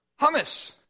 hummus